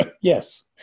Yes